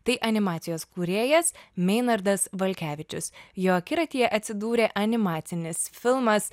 tai animacijos kūrėjas meinardas valkevičius jo akiratyje atsidūrė animacinis filmas